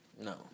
No